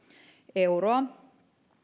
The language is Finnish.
euroa